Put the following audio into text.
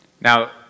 Now